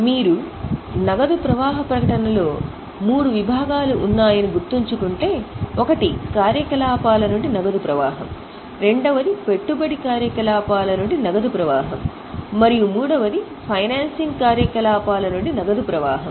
మీరు నగదు ప్రవాహ ప్రకటనలో మూడు విభాగాలు ఉన్నాయని గుర్తుంచుకుంటే ఒకటి కార్యకలాపాల నుండి నగదు ప్రవాహం రెండవది పెట్టుబడి కార్యకలాపాల నుండి నగదు ప్రవాహం మరియు మూడవది ఫైనాన్సింగ్ కార్యకలాపాల నుండి నగదు ప్రవాహం